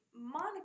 Monica